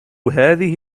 هذه